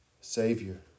savior